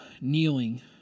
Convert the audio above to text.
kneeling